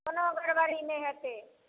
कोनो गड़बड़ी नहि हेतै